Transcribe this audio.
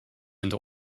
into